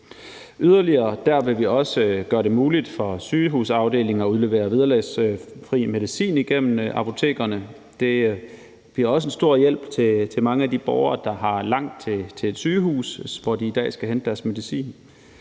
Yderligere vil vi også gøre det muligt for sygehusafdelinger at udlevere vederlagsfri medicin igennem apotekerne. Det bliver også en stor hjælp for mange af de borgere, der har langt til et sygehus, hvor de i dag skal hente deres medicin.